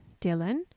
Dylan